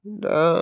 दा